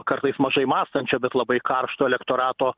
kartais mažai mąstančio bet labai karšto elektorato